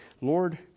Lord